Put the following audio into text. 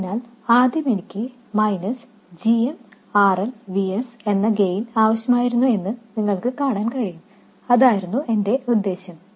അതിനാൽ ആദ്യം എനിക്ക് g m RL Vs എന്ന ഗെയിൻ ആവശ്യമായിരുന്നു എന്നു നിങ്ങൾക്ക് കാണാൻ കഴിയും അതായിരുന്നു എന്റെ ഉദ്ദേശ്യം